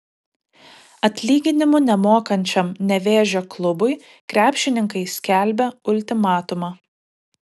atlyginimų nemokančiam nevėžio klubui krepšininkai skelbia ultimatumą